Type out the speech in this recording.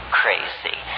crazy